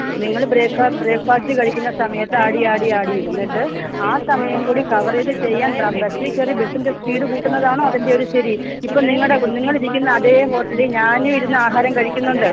നിങ്ങള് ബ്രേക്ക്ഫാ ബ്രേക്ക്ഫാസ്റ്റ് കഴിക്കുന്ന സമയത്ത് ആടി ആടി ആടി ഇരുന്നിട്ട് ആ സമയം കൂടി കവറേജ് ചെയ്യാൻ ബസ്സില് കയറി ബസ്സിന്റെ സ്പീഡ് കൂട്ടുന്നതാണോ അതിന്റെയൊരു ശരി ഇപ്പോള് നിങ്ങളുടെ നിങ്ങളിരിക്കുന്ന അതേ ഹോട്ടലില് ഞാനും ഇരുന്ന് ആഹാരം കഴിക്കുന്നുണ്ട്